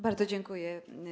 Bardzo dziękuję.